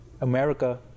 America